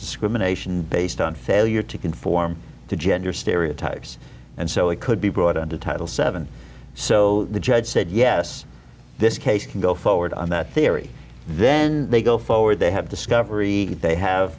discrimination based on failure to conform to gender stereotypes and so it could be brought under title seven so the judge said yes this case can go forward on that theory then they go forward they have discovery they have